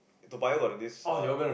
Toa-Payoh got the this err